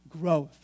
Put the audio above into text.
growth